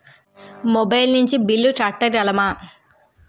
Mobile నుంచి bill కట్టగలమ?